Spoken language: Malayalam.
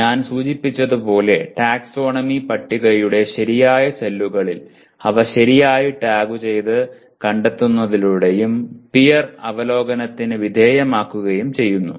ഞാൻ സൂചിപ്പിച്ചതുപോലെ ടാക്സോണമി പട്ടികയുടെ ശരിയായ സെല്ലുകളിൽ അവ ശരിയായി ടാഗുചെയ്ത് കണ്ടെത്തുന്നതിലൂടെയും പിയർ അവലോകനത്തിന് വിധേയമാക്കുകയും ചെയ്യുന്നു